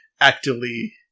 actively